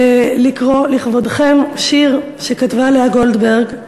ולקרוא לכבודכם שיר שכתבה לאה גולדברג ב-1943,